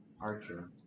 Archer